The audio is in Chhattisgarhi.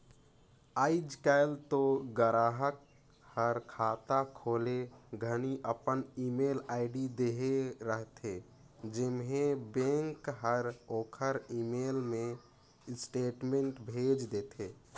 आयज कायल तो गराहक हर खाता खोले घनी अपन ईमेल आईडी देहे रथे जेम्हें बेंक हर ओखर ईमेल मे स्टेटमेंट भेज देथे